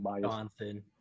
Johnson